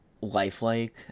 lifelike